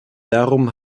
darum